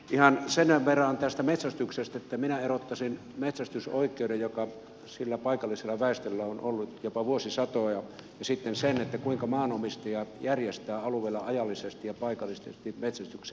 ihan sen verran tästä metsästyksestä että minä erottaisin metsästysoikeuden joka sillä paikallisella väestöllä on ollut jopa vuosisatoja ja sitten sen kuinka maanomistaja järjestää alueella ajallisesti ja paikallisesti metsästyksen